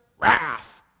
wrath